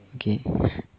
okay